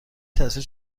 تصویر